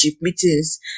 meetings